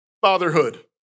fatherhood